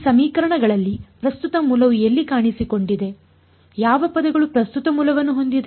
ಈ ಸಮೀಕರಣಗಳಲ್ಲಿ ಪ್ರಸ್ತುತ ಮೂಲವು ಎಲ್ಲಿ ಕಾಣಿಸಿಕೊಂಡಿದೆ ಯಾವ ಪದಗಳು ಪ್ರಸ್ತುತ ಮೂಲವನ್ನು ಹೊಂದಿದೆ